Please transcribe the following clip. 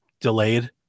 delayed